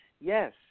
Yes